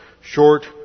short